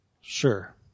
Sure